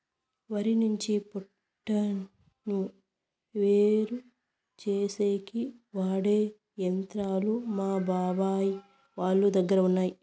వరి నుంచి పొట్టును వేరుచేసేకి వాడె యంత్రాలు మా బాబాయ్ వాళ్ళ దగ్గర ఉన్నయ్యి